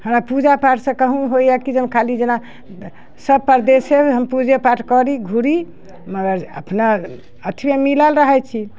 हमरा पूजा पाठसँ कहुँ होइए कि जौं खाली जेना सभ परदेसेमे हम पूजे पाठ करी घूरी मगर अपना अथीमे मिलल रहै छी